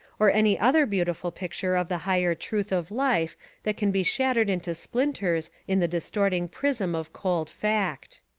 or any other beautiful picture of the higher truth of life that can be shattered into splinters in the distorting prism of cold fact.